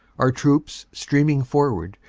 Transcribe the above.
our troops, streaming forward,